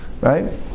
Right